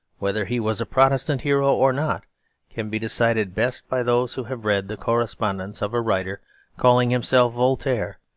whether he was a protestant hero or not can be decided best by those who have read the correspondence of a writer calling himself voltaire,